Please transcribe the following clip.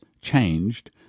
changed